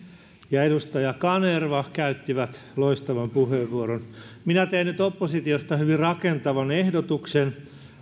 ja edustaja kanerva käyttivät loistavat puheenvuorot minä teen nyt oppositiosta hyvin rakentavan ehdotuksen